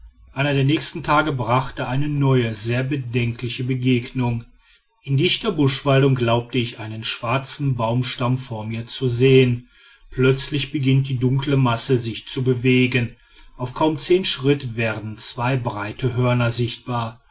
einer der nächsten tage brachte eine neue sehr bedenkliche begegnung in dichter buschwaldung glaubte ich einen schwarzen baumstamm vor mir zu sehen plötzlich beginnt die dunkle masse sich zu bewegen auf kaum zehn schritt werden zwei breite hörner sichtbar